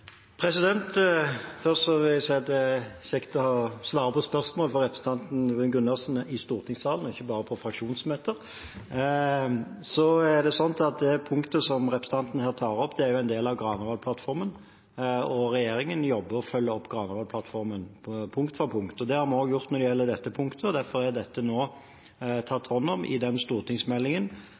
Først vil jeg si at det er kjekt å svare på spørsmål fra representanten Bruun-Gundersen i stortingssalen, ikke bare på fraksjonsmøter. Det punktet som representanten her tar opp, er en del av Granavolden-plattformen. Regjeringen jobber med å følge opp Granavolden-plattformen punkt for punkt. Det har vi også gjort når det gjelder dette punktet, derfor er det tatt hånd om i den stortingsmeldingen